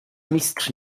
mistrz